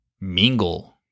Mingle